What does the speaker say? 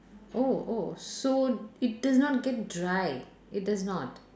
oh oh so it does not get dry it does not